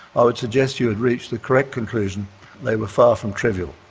i would suggest you had reached the correct conclusion they were far from trivial.